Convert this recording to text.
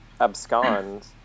abscond